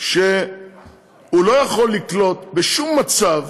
שהוא לא יכול לקלוט, בשום מצב,